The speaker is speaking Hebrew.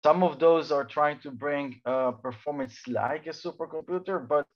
כמה מהם מנסים להשיג ביצועים של מחשב-על, אבל